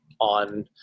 on